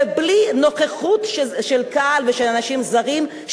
ובלי נוכחות של קהל ושל אנשים זרים,